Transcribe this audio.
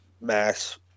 mass